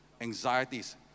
anxieties